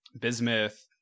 bismuth